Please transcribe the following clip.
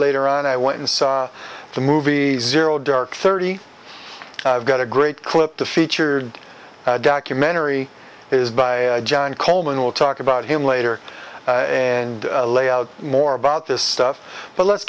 later on i went and saw the movie zero dark thirty got a great clip the featured documentary is by john coleman we'll talk about him later and lay out more about this stuff but let's